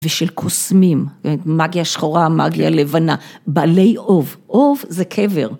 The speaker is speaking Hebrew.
ושל קוסמים, מאגיה שחורה, מאגיה לבנה, בעלי אוב, אוב זה קבר.